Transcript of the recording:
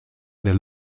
del